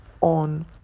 on